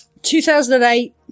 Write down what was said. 2008